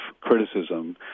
criticism